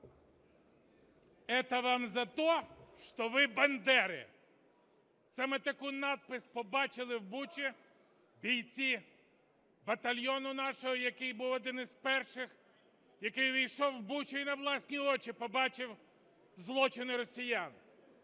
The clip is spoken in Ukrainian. вам за то, что вы – бандеры" – саме таку надпис побачили в Бучі бійці батальйону нашого, який був один із перших, який увійшов в Бучу і на власні очі побачив злочини росіян.